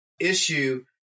issue